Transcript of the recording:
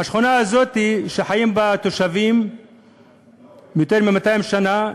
לשכונה הזאת, שחיים בה תושבים יותר מ-200 שנה,